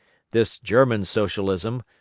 this german socialism,